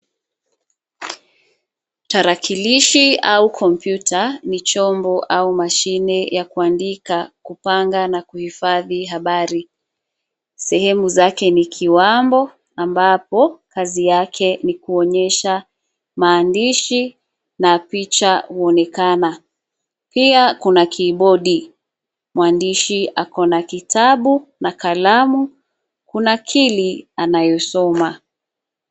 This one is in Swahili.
Tarakilishi au kompyuta, ni chombo au mashine ya kuandika, kupanga na kuhifadhi habari. Sehemu zake ni kiwambo, ambapo kazi yake ni kuonyesha maandishi na picha huonekana, pia kuna kibodi. Mwandishi ako na kitabu na kalamu kunakili anayosoma.